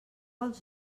els